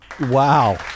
Wow